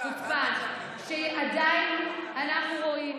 ובוודאי לא ליווית